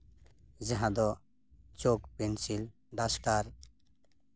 ᱡᱟᱦᱟᱸ ᱫᱚ chalk pencil duster